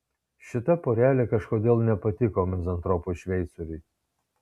šita porelė kažkodėl nepatiko mizantropui šveicoriui